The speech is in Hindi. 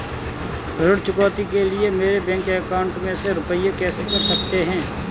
ऋण चुकौती के लिए मेरे बैंक अकाउंट में से रुपए कैसे कट सकते हैं?